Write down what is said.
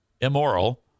immoral